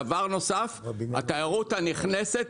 דבר נוסף, התיירות הנכנסת,